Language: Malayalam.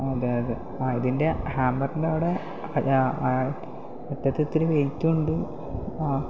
അതെ അതെ അതിൻ്റെ ഹാമറിന്റെയവിടെ അറ്റത്തിത്തിരി വെയിറ്റുമുണ്ട് ആ